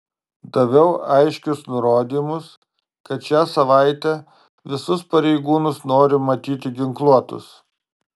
daviau aiškius nurodymus kad šią savaitę visus pareigūnus noriu matyti ginkluotus